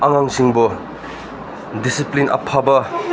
ꯑꯉꯥꯡꯁꯤꯡꯕꯨ ꯗꯤꯁꯤꯄ꯭ꯂꯤꯟ ꯑꯐꯕ